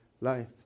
life